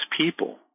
people